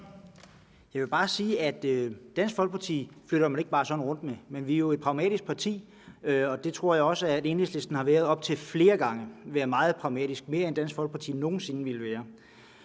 Jeg vil bare sige, at Dansk Folkeparti flytter man ikke bare sådan rundt med, men vi er jo et pragmatisk parti, og det tror jeg også at Enhedslisten har været op til flere gange – været meget pragmatisk, mere end Dansk Folkeparti nogen sinde ville være.